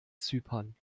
zypern